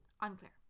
Unclear